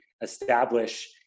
establish